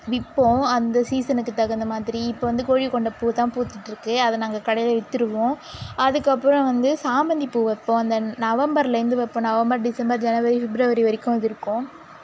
விற்போம் அந்த சீசனுக்கு தகுந்த மாதிரி இப்போது கோழிக்கொண்டைப்பூ தான் பூத்துட்டிருக்கு அதை நாங்கள் கடையில் வித்துடுவோம் அதுக்கு அப்புறம் வந்து சாமந்திப்பூ வைப்போம் அந்த நவம்பர்லேருந்து வைப்போம் நவம்பர் டிசம்பர் ஜனவரி ஃபிப்ரவரி வரைக்கும் அது இருக்கும்